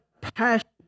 passion